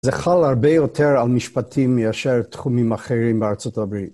זה חל הרבה יותר על משפטים מאשר תחומים אחרים בארה״ב.